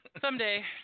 Someday